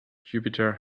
jupiter